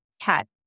cat